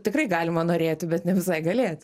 tikrai galima norėti bet ne visai galėti